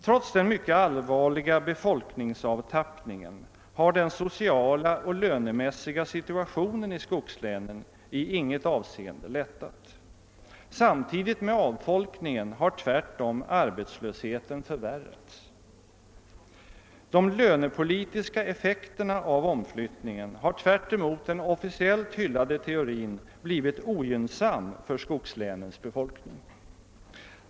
Trots den mycket allvarliga befolkningsavtappningen har den sociala och lönemässiga situationen i skogslänen i inget avseende lättat. Samtidigt med avfolkningen har tvärtom arbetslösheten förvärrats. De lönepolitiska effekterna av omflyttningen har tvärtemot den officiellt hyllade teorin blivit ogynnsamma för skogslänens befolkning.